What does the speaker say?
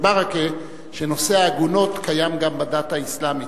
ברכה שנושא העגונות קיים גם בדת האסלאמית.